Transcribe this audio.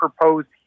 proposed